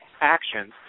actions